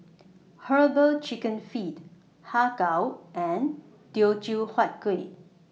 Herbal Chicken Feet Har Kow and Teochew Huat Kueh